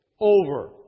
over